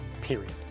period